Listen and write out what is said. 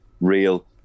Real